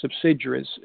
subsidiaries